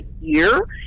year